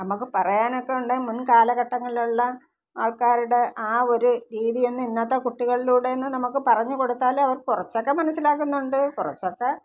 അമ്മയ്ക്ക് പറയാനൊക്കെ ഉണ്ട് മുൻകാലഘട്ടങ്ങളിലുള്ള ആൾക്കാരുടെ ആ ഒരു രീതി തന്നെ ഇന്നത്തെ കുട്ടികളിലൂടെയെന്ന് നമുക്ക് പറഞ്ഞു കൊടുത്താൽ അവർ കുറച്ചൊക്കെ മനസ്സിലാക്കുന്നുണ്ട് കുറച്ചൊക്കെ